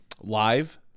live